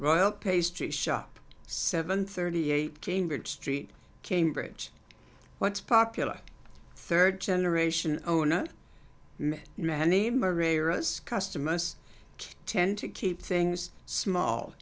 royal pastry shop seven thirty eight cambridge street cambridge what's popular third generation owner many many more rare as customers tend to keep things small